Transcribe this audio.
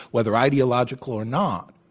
whether ideological or not.